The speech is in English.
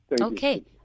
Okay